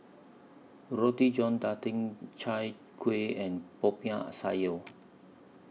Roti John Daging Chai Kuih and Popiah Sayur